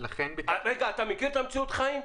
לכן ביקשתי -- אתה מכיר את מציאות החיים?